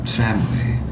family